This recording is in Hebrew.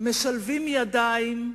משלבים ידיים,